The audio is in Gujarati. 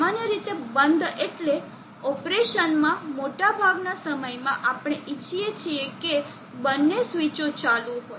સામાન્ય રીતે બંધ એટલે ઓપરેશનમાં મોટાભાગના સમયમાં આપણે ઇચ્છીએ છીએ કે બંને સ્વીચો ચાલુ હોય